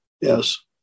yes